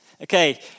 Okay